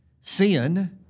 sin